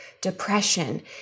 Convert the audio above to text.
depression